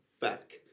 back